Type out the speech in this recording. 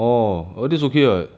orh oh that's okay [what]